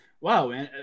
Wow